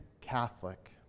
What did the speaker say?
Catholic